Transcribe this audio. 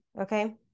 Okay